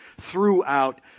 throughout